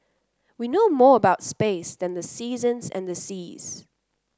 we know more about space than the seasons and the seas